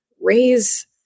raise